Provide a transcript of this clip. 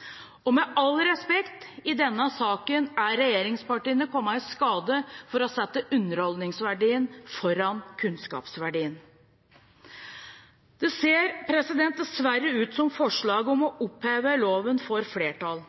kunnskap. Med all respekt: I denne saken er regjeringspartiene kommet i skade for å sette underholdningsverdien foran kunnskapsverdien. Det ser dessverre ut som forslaget om å oppheve loven får flertall.